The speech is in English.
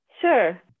Sure